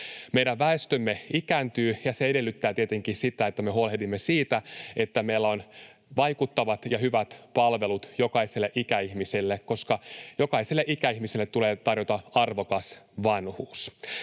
Meidän väestömme ikääntyy, ja se edellyttää tietenkin sitä, että me huolehdimme siitä, että meillä on vaikuttavat ja hyvät palvelut jokaiselle ikäihmiselle, koska jokaiselle ikäihmiselle tulee tarjota arvokas vanhuus.